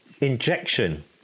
injection